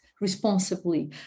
responsibly